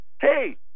hey